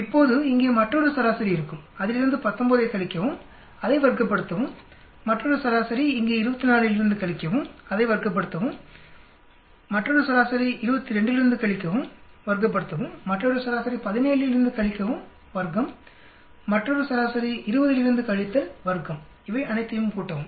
இப்போது இங்கே மற்றொரு சராசரி இருக்கும் அதிலிருந்து 19 ஐக் கழிக்கவும் அதை வர்க்கப்ப்படுத்தவும் மற்றொரு சராசரி இங்கே 24 இலிருந்து கழிக்கவும் அதை வர்க்கப்படுத்தவும் மற்றொரு சராசரி 22 இலிருந்து கழிக்கவும் வர்க்கப்படுத்தவும் மற்றொரு சராசரி 17 இலிருந்து கழிக்கவும் வர்க்கம் மற்றொரு சராசரி 20 இலிருந்து கழித்தல் வர்க்கம் இவை அனைத்தையும் கூட்டவும்